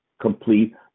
complete